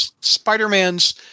Spider-Man's